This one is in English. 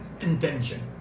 intention